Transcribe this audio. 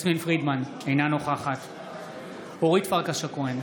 יסמין פרידמן, אינה נוכחת אורית פרקש הכהן,